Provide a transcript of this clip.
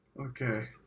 Okay